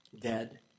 dead